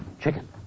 Chicken